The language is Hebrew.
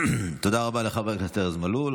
תודה רבה לחבר הכנסת ארז מלול.